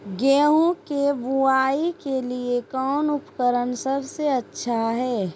गेहूं के बुआई के लिए कौन उपकरण सबसे अच्छा है?